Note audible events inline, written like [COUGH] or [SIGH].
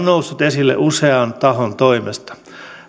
[UNINTELLIGIBLE] noussut esille usean tahon toimesta